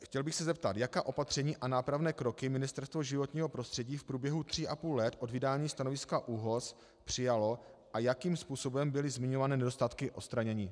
Chtěl bych se zeptat, jaká opatření a nápravné kroky Ministerstvo životního prostředí v průběhu tří a půl let od vydání stanoviska ÚOHS přijalo a jakým způsobem byly zmiňované nedostatky odstraněny.